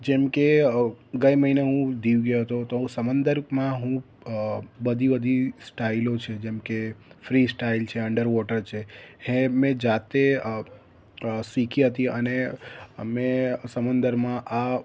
જેમકે અ ગયે મહિને હું દીવ ગયો હતો તો હું સમંદરમાં હું બધી બધી સ્ટાઇલો છે જેમકે ફ્રી સ્ટાઇલ છે અંડરવોટર છે એ મેં જાતે શીખી હતી અને મેં સમંદરમાં આ